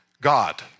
God